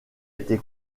été